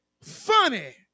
funny